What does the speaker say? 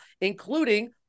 including